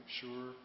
sure